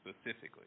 specifically